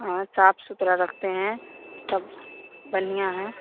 हाँ साफ सुथरा रखते हैं सब बढ़ियाँ है